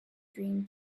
dream